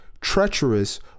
treacherous